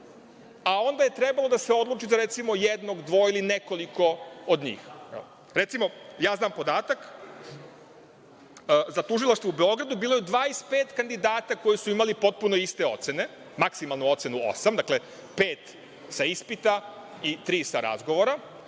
a onda je trebalo da se odlučite, recimo za jednog, dvoje, ili nekoliko od njih. Recimo, ja znam podatak za tužilaštvo u Beogradu bilo je 25 kandidata koji su imali potpuno iste ocene, maksimalnu ocenu osam, dakle, pet sa ispita i tri sa razgovora,